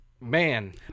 Man